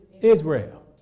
Israel